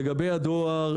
לגבי הדואר,